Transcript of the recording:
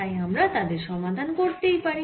তাই আমরা তাদের সমাধান করতেই পারি